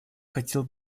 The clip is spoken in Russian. хотел